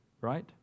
right